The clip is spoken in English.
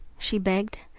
she begged.